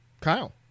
Kyle